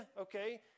okay